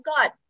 God